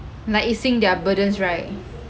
like easing their burdens right